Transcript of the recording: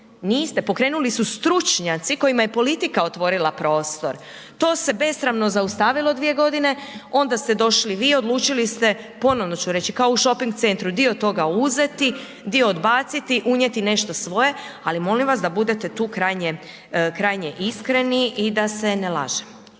niste, pokrenuli su stručnjaci kojima je politika otvorila prostor. To se besramno zaustavilo 2 godine, onda ste došli vi, odlučili ste, ponovno ću reći kao u shopping centru dio toga uzeti, dio odbaciti, unijeti nešto svoje, ali molim vas da budete tu krajnje, krajnje iskreni i da se ne laže.